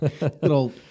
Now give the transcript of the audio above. little